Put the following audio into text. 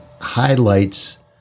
highlights